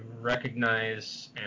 recognize